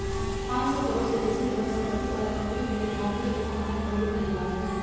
पांन सौ करोड़ से बेशी निवल सम्पत्ति बला कंपनी के लेल भारतीय लेखा मानक प्रयोग अनिवार्य हइ